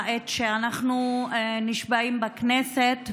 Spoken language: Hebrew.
בעת שאנחנו נשבעים בכנסת,